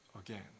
again